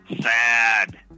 Sad